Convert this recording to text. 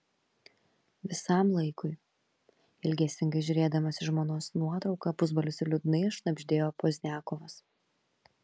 visam laikui ilgesingai žiūrėdamas į žmonos nuotrauką pusbalsiu liūdnai šnabždėjo pozdniakovas